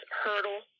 hurdle